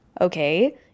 okay